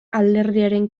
alderdiaren